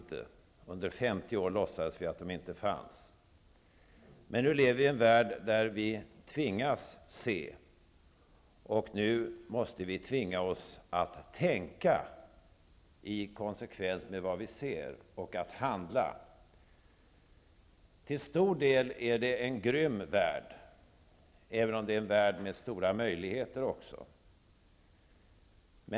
Under 50 år låtsades vi att de inte fanns. Men nu lever vi i en värld där vi tvingas se, och nu måste vi tvingas oss att tänka i konsekvens med vad vi ser, och att handla. Till stor del är det en grym värld, även om det också är en värld med stora möjligheter.